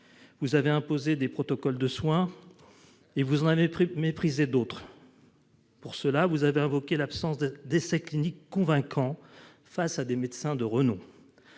vous avez imposé des protocoles de soins et vous en avez méprisé d'autres. Pour cela, vous avez invoqué l'absence d'essais cliniques convaincants, face à des médecins de renom.